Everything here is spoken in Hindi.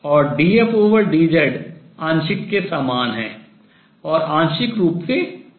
और dfdz आंशिक के समान है और आंशिक रूप से v है